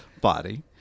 body